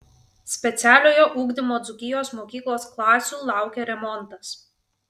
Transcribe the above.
specialiojo ugdymo dzūkijos mokyklos klasių laukia remontas